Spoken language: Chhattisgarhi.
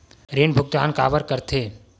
ऋण भुक्तान काबर कर थे?